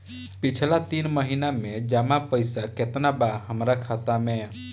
पिछला तीन महीना के जमा पैसा केतना बा हमरा खाता मे?